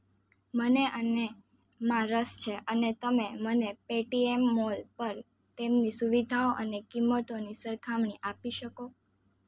મને અને માં રસ છે શું તમે મને પેટીએમ મોલ પર તેમની સુવિધાઓ અને કિંમતોની સરખામણી આપી શકો